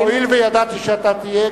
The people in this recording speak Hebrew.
הואיל וידעתי שאתה תהיה,